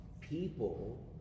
people